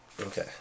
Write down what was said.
Okay